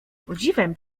podziwem